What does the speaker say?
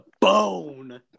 bone